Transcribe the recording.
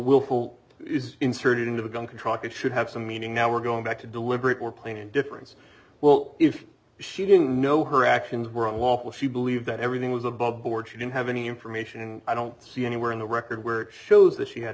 willful is inserted into the gun contract it should have some meaning now we're going back to deliberate more plain indifference well if she didn't know her actions were unlawful she believed that everything was above board she didn't have any information i don't see anywhere in the record where it shows that she had